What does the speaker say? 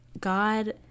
God